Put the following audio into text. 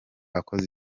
akoze